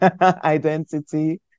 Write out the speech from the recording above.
identity